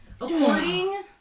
According